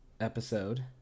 episode